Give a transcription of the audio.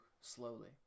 slowly